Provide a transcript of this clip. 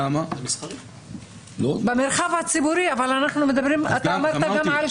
כי --- אבל דיברת גם על שטח פרטי.